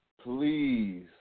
Please